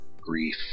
grief